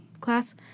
class